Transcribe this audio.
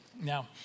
now